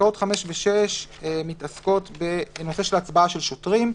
פסקאות אלה מתייחסות להצבעה של שוטרים.